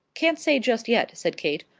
can't say just yet, said kate.